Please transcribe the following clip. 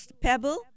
pebble